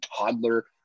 toddler